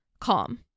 calm